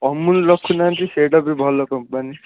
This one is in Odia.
ଅମୁଲ ରଖୁନାହାଁନ୍ତି ସେଇଟା ବି ଭଲ କମ୍ପାନୀ